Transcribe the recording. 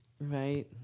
right